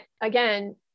again